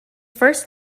first